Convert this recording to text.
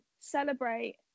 celebrate